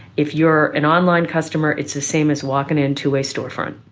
if you're an online customer it's the same as walking into a storefront,